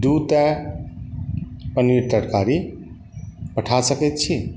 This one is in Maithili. दूटा पनीर तरकारी पठा सकै छी